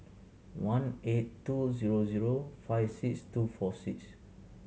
one eight two zero zero five six two four six